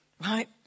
Right